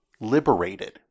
liberated